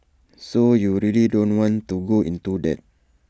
so you really don't want to go into that